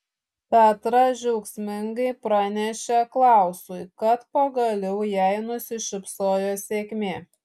petra džiaugsmingai pranešė klausui kad pagaliau jai nusišypsojo sėkmė